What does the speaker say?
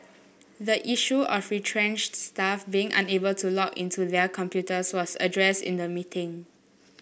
the issue of retrenched staff being unable to log into their computers was addressed in the meeting